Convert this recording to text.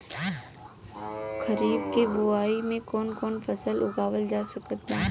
खरीब के बोआई मे कौन कौन फसल उगावाल जा सकत बा?